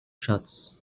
shuts